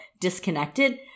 disconnected